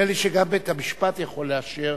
נדמה לי שגם בית-המשפט יכול לאשר,